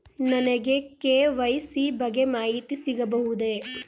ನನಗೆ ಕೆ.ವೈ.ಸಿ ಬಗ್ಗೆ ಮಾಹಿತಿ ಸಿಗಬಹುದೇ?